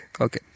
Okay